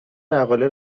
مقاله